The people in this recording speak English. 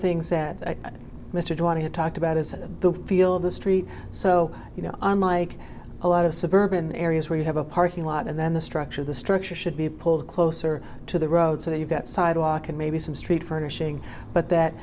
things that mr do want to talk about is the feel of the street so you know unlike a lot of suburban areas where you have a parking lot and then the structure of the structure should be pulled closer to the road so that you've got sidewalk and maybe some street furnishing but that